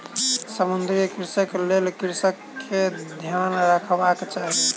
समुद्रीय कृषिक लेल कृषक के ध्यान रखबाक चाही